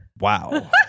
wow